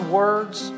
words